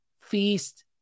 feast